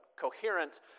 coherent